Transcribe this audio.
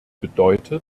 bedeutet